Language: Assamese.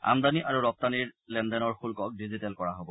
আমদানি আৰু ৰপ্তানিৰ লেনদেনৰ শুষ্কক ডিজিটেল কৰা হ'ব